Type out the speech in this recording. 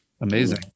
Amazing